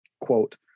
quote